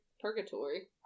purgatory